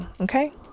okay